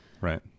Right